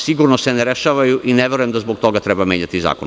Sigurno se ne rešavaju i ne verujem da zbog toga treba menjati zakon.